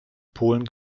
polen